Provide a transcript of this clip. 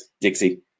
Dixie